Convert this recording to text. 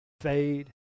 fade